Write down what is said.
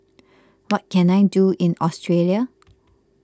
what can I do in Australia